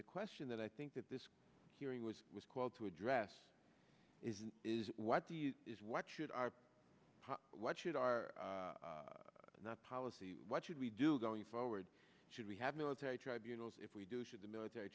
the question that i think that this hearing was was called to address is is what do you is what should our what should our policy what should we do going forward should we have military tribunals if we do should the military